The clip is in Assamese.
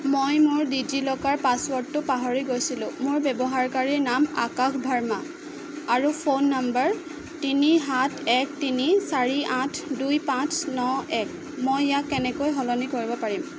মই মোৰ ডিজি লকাৰ পাছৱৰ্ডটো পাহৰি গৈছিলোঁ মোৰ ব্যৱহাৰকাৰীৰ নাম আকাশ ভাৰ্মা আৰু ফোন নম্বৰ তিনি সাত এক তিনি চাৰি আঠ দুই পাঁচ ন এক মই ইয়াক কেনেকৈ সলনি কৰিব পাৰিম